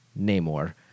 Namor